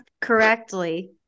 correctly